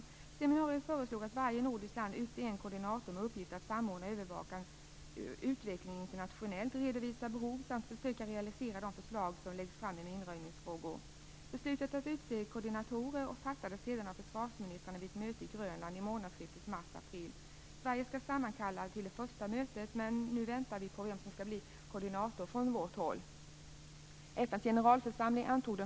Vid seminariet föreslogs att varje nordiskt land utser en koordinator med uppgift att samordna och övervaka utvecklingen internationellt, redovisa behov samt försöka realisera de förslag som läggs fram i minröjningsfrågor. Beslutet att utse koordinatorer fattades sedan av försvarsministrarna vid ett möte på Grönland i månadsskiftet mars-april. Sverige skall sammankalla till det första mötet. Men nu väntar vi på vem som skall bli svensk koordinator.